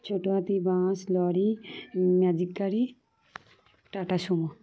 ছোট হাতি bus lorry magic গাড়ি টাটা সুমো